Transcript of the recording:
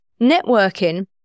Networking